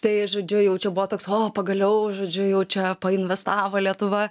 tai žodžiu jau čia buvo toks o pagaliau žodžiu jau čia painvestavo lietuva